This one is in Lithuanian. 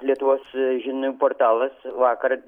lietuvos žinių portalas vakar